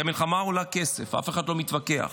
כי המלחמה עולה כסף, אף אחד לא מתווכח,